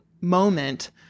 moment